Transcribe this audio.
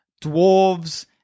dwarves